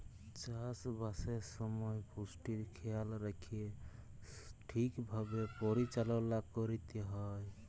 চাষবাসের সময় পুষ্টির খেয়াল রাইখ্যে ঠিকভাবে পরিচাললা ক্যইরতে হ্যয়